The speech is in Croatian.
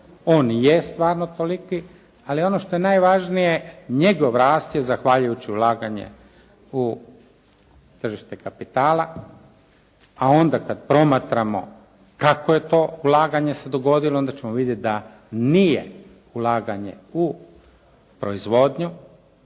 on je stvarno toliki. Ali ono što je najvažnije njegov rast je zahvaljujući ulaganje u tržište kapitala, a onda kad promatramo kako je to ulaganje se dogodilo onda ćemo vidjeti da nije ulaganje u proizvodnju